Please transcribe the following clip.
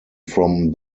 from